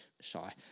shy